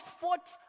fought